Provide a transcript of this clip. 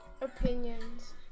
Opinions